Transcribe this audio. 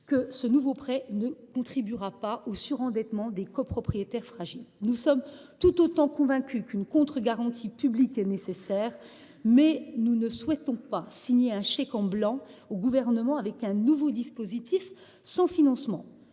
que ce nouveau prêt ne contribuera pas au surendettement des copropriétaires fragiles. Nous sommes tout autant convaincus qu’une contre garantie publique est nécessaire, mais nous ne pouvons pas signer un chèque en blanc au Gouvernement sur un nouveau dispositif sans financement.